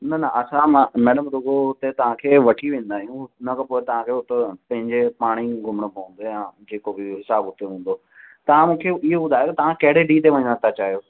न न असां मां मैडम रूको हुते तव्हां खे वठी वेंदा आहियूं हुन खां पोइ तव्हां खे हुतां पंहिंजे पाण ई घुमणो पवंदो या जेको बि हिसाबु हुते हूंदो तव्हां मूंखे इहो ॿुधायो तव्हां कहिड़े ॾींहं ते वञण था चाहियो